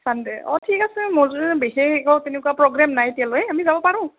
Sunday অ' ঠিক আছে মোৰ যদি বিশেষ একো তেনেকুৱা প্ৰগ্ৰেম নাই এতিয়ালৈ আমি যাব পাৰোঁ